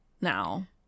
now